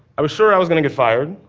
i was sure i was going to get fired,